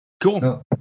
cool